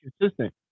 consistent